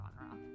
genre